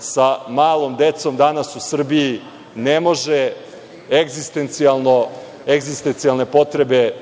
sa malom decom danas u Srbiji ne može egzistencionalne potrebe